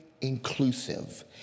inclusive